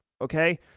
okay